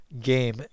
game